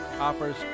offers